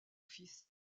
fils